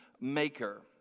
maker